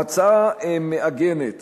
ההצעה מעגנת